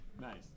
Nice